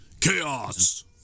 chaos